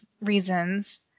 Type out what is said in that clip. reasons